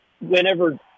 whenever